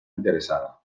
interessada